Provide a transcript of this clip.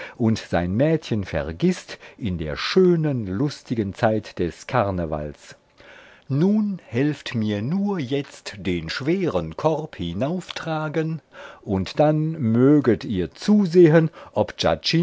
und sein mädchen vergißt in der schönen lustigen zeit des karnevals nun helft mir nur jetzt den schweren korb hinauftragen und dann möget ihr zusehen ob